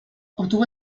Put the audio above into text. obtuvo